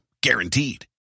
Guaranteed